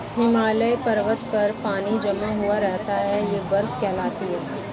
हिमालय पर्वत पर पानी जमा हुआ रहता है यह बर्फ कहलाती है